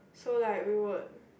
so like we would